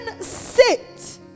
sit